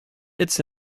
its